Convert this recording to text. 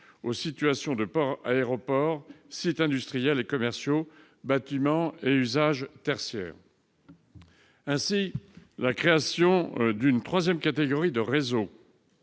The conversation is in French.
aux situations de ports, d'aéroports, de sites industriels et commerciaux, de bâtiments à usage tertiaire. Ainsi, la création d'une troisième catégorie de réseaux